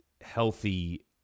healthy